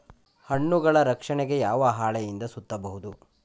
ಹಣ್ಣುಗಳ ರಕ್ಷಣೆಗೆ ಯಾವ ಹಾಳೆಯಿಂದ ಸುತ್ತಬಹುದು?